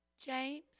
James